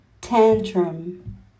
Tantrum